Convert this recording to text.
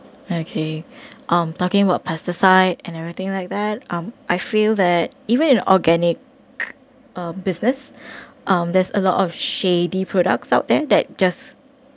okay um talking about pesticide and everything like that um I feel that even an organic um business um there's a lot of shady products out there that just